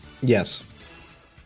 Yes